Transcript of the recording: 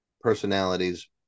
personalities